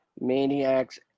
Maniacs